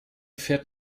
fährt